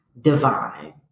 Divine